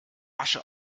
asche